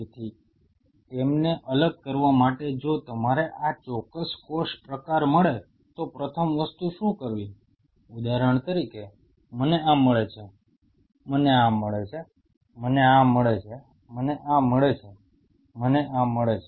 તેથી તેમને અલગ કરવા માટે જો તમારે આ ચોક્કસ કોષ પ્રકાર મળે તો પ્રથમ વસ્તુ શું કરવી ઉદાહરણ તરીકે મને આ મળે છે મને આ મળે છે મને આ મળે છે મને આ મળે છે મને આ મળે છે